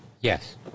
yes